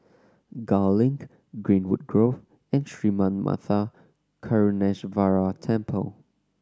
Gul Link Greenwood Grove and Sri Manmatha Karuneshvarar Temple